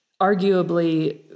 arguably